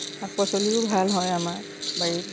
শাক পাচলিও ভাল হয় আমাৰ বাৰী